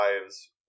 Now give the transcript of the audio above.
lives